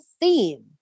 theme